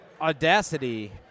audacity